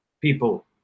people